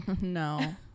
No